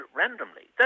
randomly